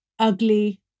ugly